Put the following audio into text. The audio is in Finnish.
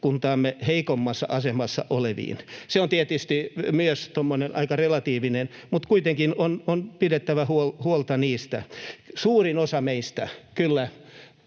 yhteiskuntamme heikoimmassa asemassa oleviin. Se on tietysti myös aika relatiivista, mutta kuitenkin on pidettävä huolta heistä. Suurin osa meistä,